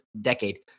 decade